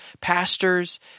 pastors